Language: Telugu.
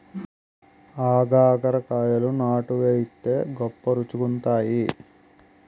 ఆగాకరకాయలు నాటు వైతే గొప్ప రుచిగుంతాయి